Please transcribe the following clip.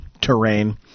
terrain